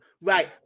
Right